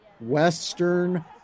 Western